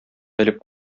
элеп